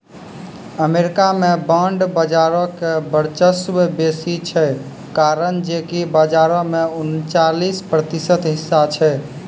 America मे bond बजारो के वर्चस्व बेसी छै, कारण जे कि बजारो मे उनचालिस प्रतिशत हिस्सा छै